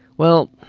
well,